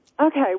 Okay